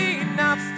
enough